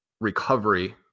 recovery